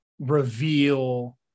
reveal